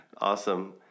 Awesome